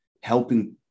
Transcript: helping